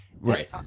Right